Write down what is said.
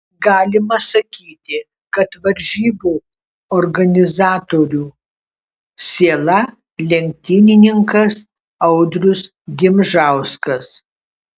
galima sakyti kad varžybų organizatorių siela lenktynininkas audrius gimžauskas